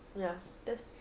ya betul